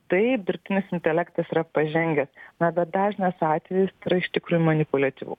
taip dirbtinis intelektas yra pažengęs na bet dažnas atvejis yra iš tikrųjų manipuliatyvu